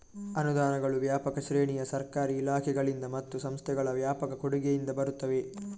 ಅನುದಾನಗಳು ವ್ಯಾಪಕ ಶ್ರೇಣಿಯ ಸರ್ಕಾರಿ ಇಲಾಖೆಗಳಿಂದ ಮತ್ತು ಸಂಸ್ಥೆಗಳ ವ್ಯಾಪಕ ಕೊಡುಗೆಯಿಂದ ಬರುತ್ತವೆ